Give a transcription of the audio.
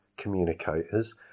Communicators